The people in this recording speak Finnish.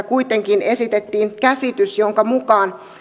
kuitenkin esitettiin käsitys jonka mukaan